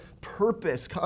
purpose